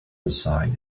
inside